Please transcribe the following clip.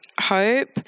hope